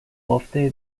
ofte